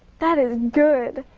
that is good,